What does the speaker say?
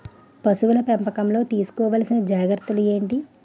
పశువుల పెంపకంలో తీసుకోవల్సిన జాగ్రత్త లు ఏంటి?